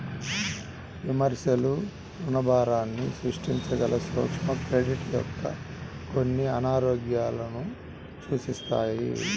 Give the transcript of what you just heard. విమర్శకులు రుణభారాన్ని సృష్టించగల సూక్ష్మ క్రెడిట్ యొక్క కొన్ని అనారోగ్యాలను సూచిస్తారు